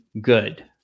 good